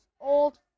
old